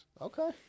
Okay